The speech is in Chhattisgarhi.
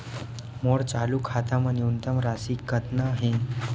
मोर चालू खाता मा न्यूनतम राशि कतना हे?